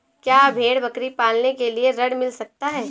क्या भेड़ बकरी पालने के लिए ऋण मिल सकता है?